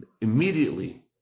immediately